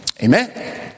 Amen